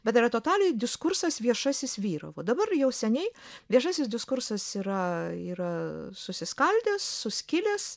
bet tada totaliai diskursas viešasis vyravo dabar jau seniai viešasis diskursas yra yra susiskaldęs suskilęs